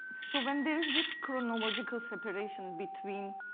so when there's this chronological separation between